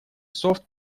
софт